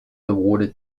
awarded